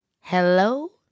Hello